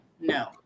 no